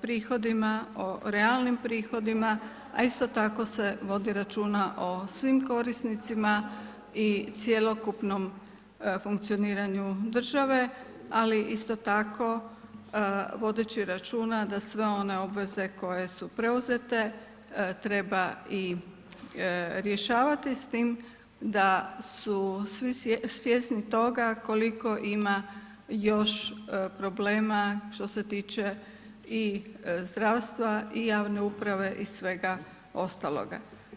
prihodima, o realnim prihodima, a isto tako se vodi računa o svim korisnicima i cjelokupnom funkcioniranju države, ali isto tako vodeći računa da sve one obveze koje su preuzete treba i rješavati s tim da su svi svjesni toga koliko ima još problema što se tiče i zdravstva i javne uprave i svega ostaloga.